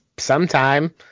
sometime